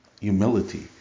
humility